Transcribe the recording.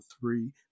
three